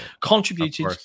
contributed